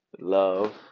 love